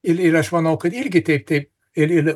ir aš manau kad irgi teip ir